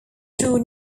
true